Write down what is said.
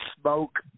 smoke